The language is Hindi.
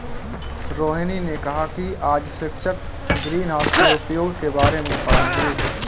रोहिनी ने कहा कि आज शिक्षक ग्रीनहाउस के उपयोग के बारे में पढ़ाएंगे